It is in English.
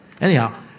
Anyhow